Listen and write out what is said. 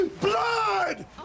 Blood